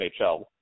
NHL